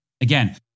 again